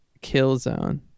Killzone